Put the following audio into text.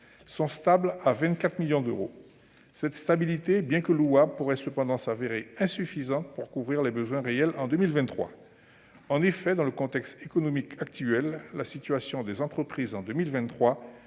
restent stables, à 24 millions d'euros. Cette stabilité, bien que louable, pourrait cependant se révéler insuffisante pour couvrir les besoins réels en 2023. En effet, dans le contexte économique actuel, la situation des entreprises